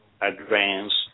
advanced